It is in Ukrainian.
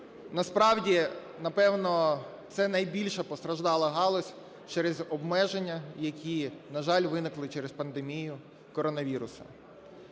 Насправді, напевно, це найбільша постраждала галузь через обмеження, які, на жаль, виникли через пандемію коронавірусу.